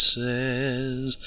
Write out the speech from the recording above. says